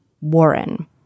Warren